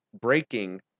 breaking